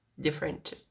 different